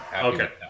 Okay